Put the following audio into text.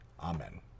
Amen